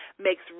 makes